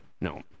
no